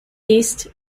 east